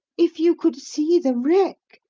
if you could see the wreck,